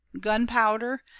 gunpowder